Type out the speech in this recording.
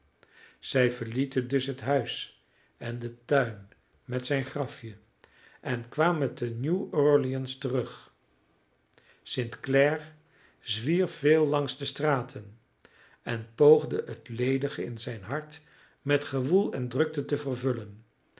zij verlieten dus het huis en den tuin met zijn grafje en kwamen te nieuw orleans terug st clare zwierf veel langs de straten en poogde het ledige in zijn hart met gewoel en drukte te vervullen